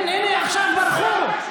הינה, הם עכשיו ברחו.